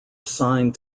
assigned